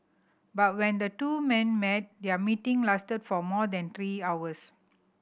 but when the two men met their meeting lasted for more than three hours